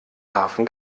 hafen